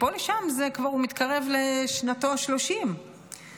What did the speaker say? ומפה לשם הוא כבר מתקרב לשנתו ה-30 בעצם.